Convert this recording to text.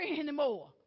anymore